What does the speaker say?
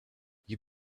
you